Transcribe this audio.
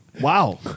Wow